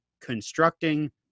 constructing